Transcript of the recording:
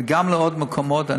וגם לעוד מקומות.